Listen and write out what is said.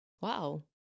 wow